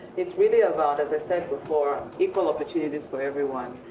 it's really about, as i said before, equal opportunities for everyone.